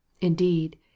indeed